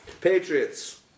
Patriots